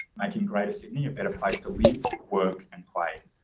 making greater sydney a better place to live, work and play.